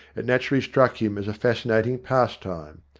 it naturally struck him as a fascinating pastime.